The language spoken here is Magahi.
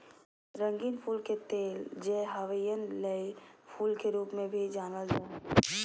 रंगीन फूल के तेल, जे हवाईयन लेई फूल के रूप में भी जानल जा हइ